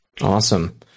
Awesome